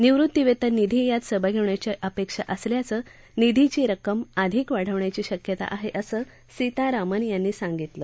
निवृत्तीवेतन निधीही यात सहभागी होण्याची अपेक्षा असल्यानं निधीची रक्कम आणखी वाढण्याची शक्यता आहे असं सीतारामन यांनी सांगितलं